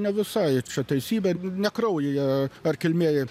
ne visai čia teisybė ne kraujyje ar kilmėj